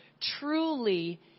truly